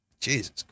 jesus